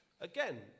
Again